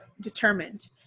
determined